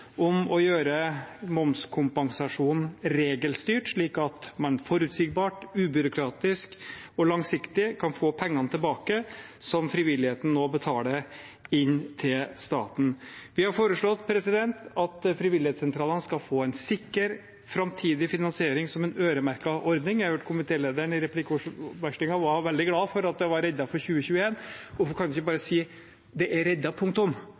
om å gjøre momskompensasjonen regelstyrt, slik at man forutsigbart, ubyråkratisk og langsiktig kan få tilbake pengene som frivilligheten nå betaler inn til staten. Vi har foreslått at frivillighetssentralene skal få en sikker framtidig finansiering som en øremerket ordning. Jeg hørte komitélederen i replikkvekslingen være veldig glad for at det var reddet for 2021. Hvorfor kan hun ikke bare si at det er reddet – punktum